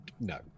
no